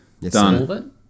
Done